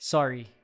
Sorry